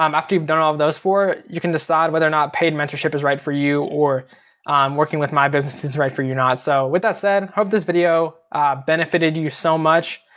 um after you've done all those four, you can decide whether or not paid mentorship is right for you, or working with my business is right for you or not. so with that said, hope this video benefited you you so much.